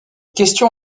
question